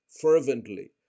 fervently